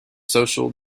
social